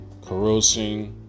corrosing